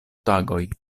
tagoj